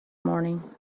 morning